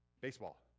baseball